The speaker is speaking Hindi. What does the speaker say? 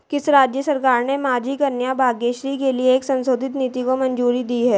किस राज्य सरकार ने माझी कन्या भाग्यश्री के लिए एक संशोधित नीति को मंजूरी दी है?